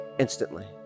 instantly